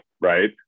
Right